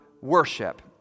worship